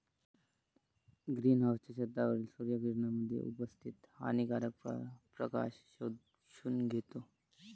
green हाउसच्या छतावरील सूर्य किरणांमध्ये उपस्थित हानिकारक प्रकाश शोषून घेतो